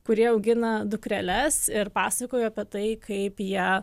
kurie augina dukreles ir pasakojo apie tai kaip jie